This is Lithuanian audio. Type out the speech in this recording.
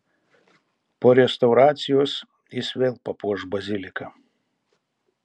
po restauracijos jis vėl papuoš baziliką